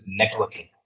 networking